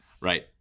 right